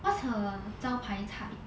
what's her 招牌菜